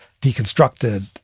deconstructed